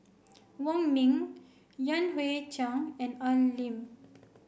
Wong Ming Yan Hui Chang and Al Lim